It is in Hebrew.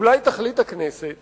אולי תחליט הכנסת